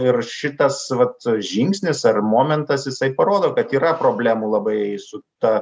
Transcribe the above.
ir šitas vat žingsnis ar momentas jisai parodo kad yra problemų labai su ta